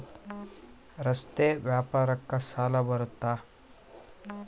ರಸ್ತೆ ವ್ಯಾಪಾರಕ್ಕ ಸಾಲ ಬರುತ್ತಾ?